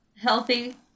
healthy